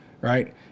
right